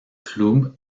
club